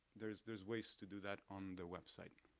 there's there's ways to do that on the website.